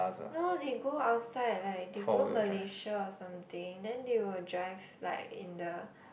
no they go outside like they go Malaysia or something then they will drive like in the